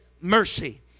mercy